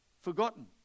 Forgotten